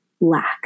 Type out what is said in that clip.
lack